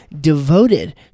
devoted